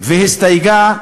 והסתייגה,